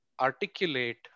articulate